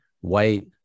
white